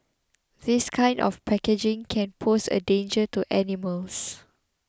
this kind of packaging can pose a danger to animals